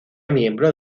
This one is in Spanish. miembro